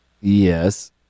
Yes